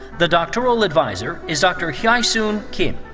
the doctoral adviser is dr. hyesoon kim.